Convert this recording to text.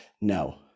No